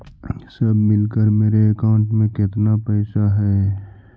सब मिलकर मेरे अकाउंट में केतना पैसा है?